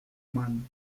man